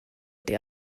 ydy